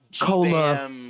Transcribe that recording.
Cola